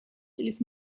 წლის